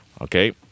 okay